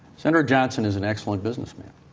senator johnson is an excellent businessman.